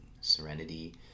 serenity